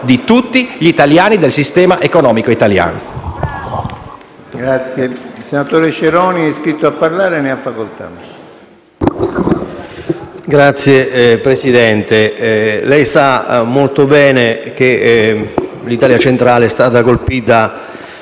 di tutti gli italiani e del sistema economico italiano.